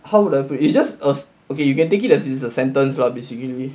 how would I put it it's just a okay you can take it that it is a sentence lah basically